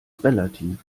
relativ